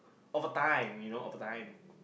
over time you know over time